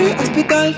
hospital